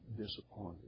disappointed